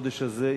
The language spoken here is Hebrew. החודש הזה,